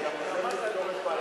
זה גם עוזר לפתור